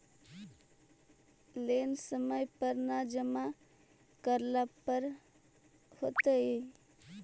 Loan समय पर न जमा करला पर का होतइ?